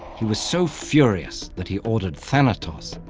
he was so furious that he ordered thanatos,